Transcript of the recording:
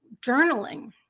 journaling